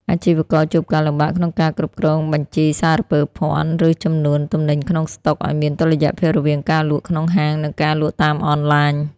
អាជីវករជួបការលំបាកក្នុងការគ្រប់គ្រងបញ្ជីសារពើភណ្ឌ ឬចំនួនទំនិញក្នុងស្តុក ឱ្យមានតុល្យភាពរវាងការលក់ក្នុងហាង និងការលក់តាមអនឡាញ។